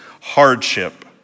hardship